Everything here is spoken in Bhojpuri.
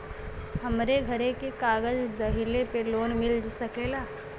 हमरे घरे के कागज दहिले पे लोन मिल सकेला?